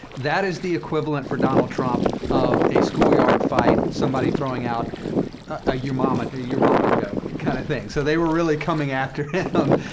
that is the equivalent for donald trump of a schoolyard fight, somebody throwing out a your mama a your mama joke kind of thing. so they were really coming after him,